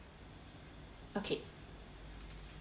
okay